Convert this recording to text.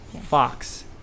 Fox